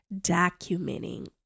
documenting